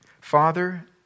Father